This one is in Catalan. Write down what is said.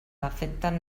afecten